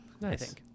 Nice